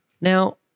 Now